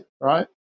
right